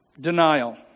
Denial